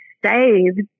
saved